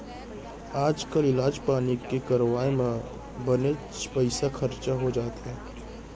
आजकाल इलाज पानी के करवाय म बनेच पइसा खरचा हो जाथे